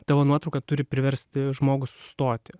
tavo nuotrauka turi priversti žmogų sustoti